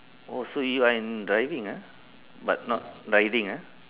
oh so you are in driving ah but not riding ah